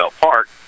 Park